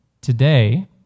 Today